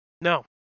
No